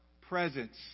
presence